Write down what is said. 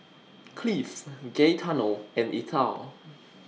Cleve Gaetano and Ethyl